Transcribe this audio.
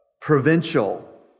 provincial